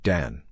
Dan